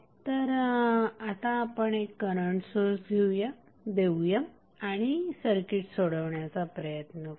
तर आता आपण एक करंट सोर्स देऊ आणि सर्किट सोडवण्याचा प्रयत्न करू